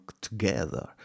together